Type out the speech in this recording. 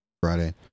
Friday